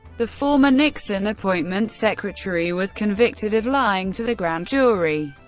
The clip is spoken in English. the former nixon appointments secretary, was convicted of lying to the grand jury.